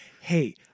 hey